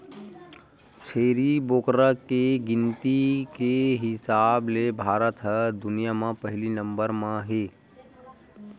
छेरी बोकरा के गिनती के हिसाब ले भारत ह दुनिया म पहिली नंबर म हे